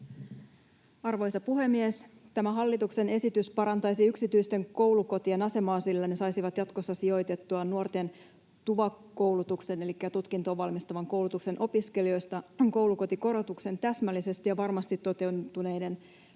Arvoisa puhemies! Tämä hallituksen esitys parantaisi yksityisten koulukotien asemaa, sillä ne saisivat jatkossa sijoitettujen nuorten TUVA-koulutuksen elikkä tutkintoon valmistavan koulutuksen opiskelijoista koulukotikorotuksen täsmällisesti ja varmasti toteutuneiden